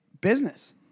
business